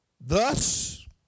Thus